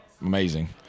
amazing